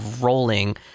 rolling